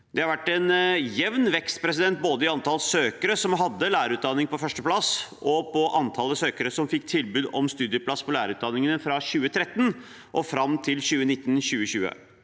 Det har vært en jevn vekst både i antall søkere som hadde lærerutdanningene på førsteplass, og i antall søkere som fikk tilbud om studieplass på lærerutdanningene, fra 2013 og fram til 2019/2020.